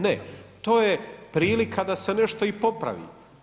Ne, to je prilika da se nešto i popravi.